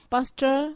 Pastor